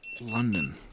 London